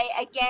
Again